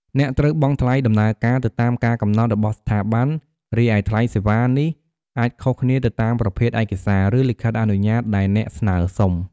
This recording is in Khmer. អ្នកត្រូវបង់ថ្លៃដំណើរការ ទៅតាមការកំណត់របស់ស្ថាប័ន រីឯថ្លៃសេវានេះអាចខុសគ្នាទៅតាមប្រភេទឯកសារ ឬលិខិតអនុញ្ញាតដែលអ្នកស្នើសុំ។